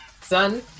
son